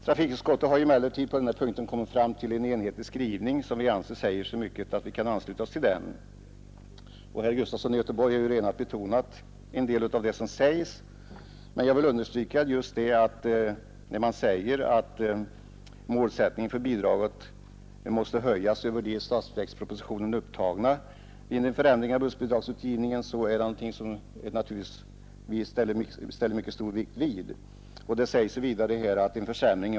Trafikutskottet har emellertid på den här punkten kommit fram till en enhetlig skrivning, som vi anser säger så mycket att vi kan ansluta oss till den. Herr Gustafson i Göteborg har ju redan betonat en del av det som där sägs, men jag vill understryka att vi lägger mycket stor vikt vid uttalandet att vid en förändring av bussbidragsgivningen målsättningen för bidraget måste höjas utöver vad som är upptaget i statsverkspropositionen.